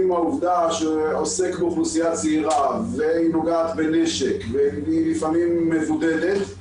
עם העובדה שעוסק באוכלוסייה צעירה והיא נוגעת בנשק והיא לפעמים מבודדת,